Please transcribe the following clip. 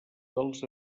dels